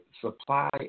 Supply